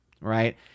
right